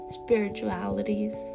spiritualities